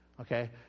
Okay